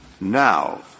Now